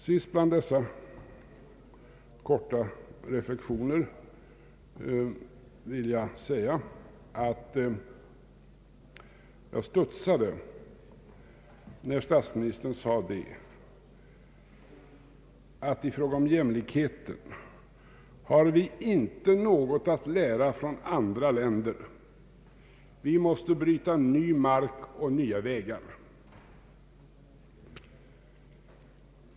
Sist bland dessa korta reflexioner vill jag säga att jag studsade, när statsministern sade att vi i fråga om jämlikhet inte har något att lära från andra länder, utan att vi måste bryta ny mark och nya vägar.